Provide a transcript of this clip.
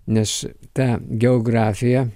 nes tą geografiją